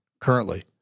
currently